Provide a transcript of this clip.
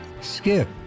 Skip